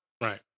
right